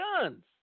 guns